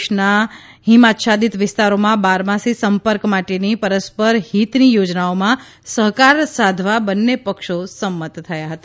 દેશના હિમ આચ્છાદિત વિસ્તારોમાં બારમાસી સંપર્ક માટેની પરસ્પર હિતની યોજનાઓમાં સહકાર સાધવા બંને પક્ષો સંમત થયા હતા